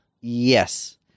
Yes